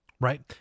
right